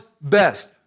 best